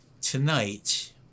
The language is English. tonight